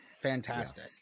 fantastic